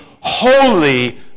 holy